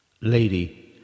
Lady